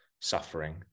suffering